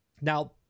Now